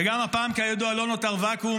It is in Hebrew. וגם הפעם כידוע לא נותר ואקום.